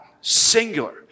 Singular